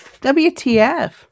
wtf